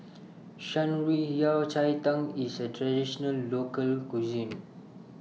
Shan Rui Yao Cai Tang IS A Traditional Local Cuisine